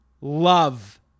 love